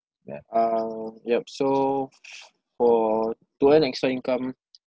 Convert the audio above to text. yup um yup so for to earn extra income